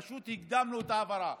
פשוט הקדמנו את ההעברה,